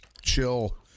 chill